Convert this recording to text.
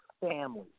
family